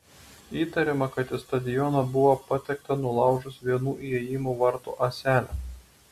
įtariama kad į stadioną buvo patekta nulaužus vienų įėjimo vartų ąselę